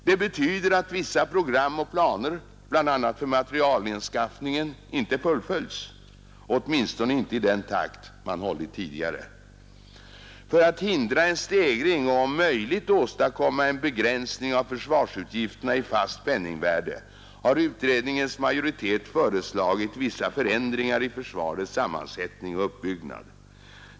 Det betyder att vissa program och planer, bl.a. för materielanskaffningen, inte fullföljs, åtminstone i den takt man hållit tidigare. För att hindra en stegring och om möjligt åstadkomma en begränsning av försvarsutgifterna i fast penningvärde har utredningens majoritet föreslagit vissa förändringar i försvarets sammansättning och uppbyggnad.